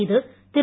இது திரு